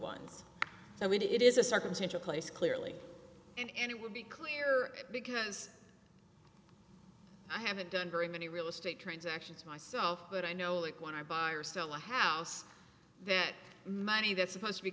ones so it is a circumstantial case clearly and it would be clear because i haven't done very many real estate transactions myself but i know like when i buy or sell a house that money that's supposed to be